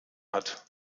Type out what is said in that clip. hat